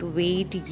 wait